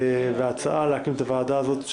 והצעה להקים את הוועדה הזאת,